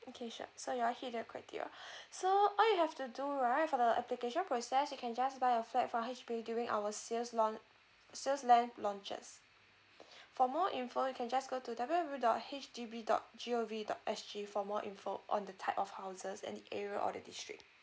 okay sure so you all hit the criteria so all you have to do right for the application process you can just buy a flat from H_D_B during our sales laun~ sales land launches for more info you can just go to W W W dot H D B dot G O V dot S G for more info on the type of houses and the area or the district